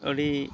ᱟᱹᱰᱤ